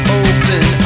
open